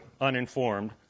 uninformed